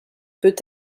peut